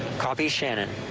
coffee shannon.